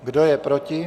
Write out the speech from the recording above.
Kdo je proti?